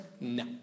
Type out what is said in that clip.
No